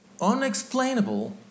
unexplainable